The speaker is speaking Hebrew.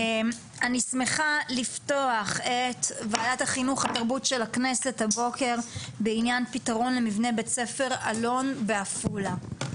אני שמחה לפתוח את הדיון למציאת פתרון למבנה בית ספר אלון בעפולה.